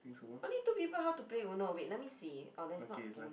uno only two people how to play Uno wait let me see oh then it's not Uno